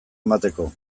emateko